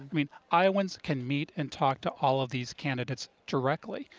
i mean iowans can meet and talk to all of these candidates directly.